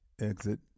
exit